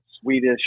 Swedish